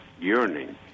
yearning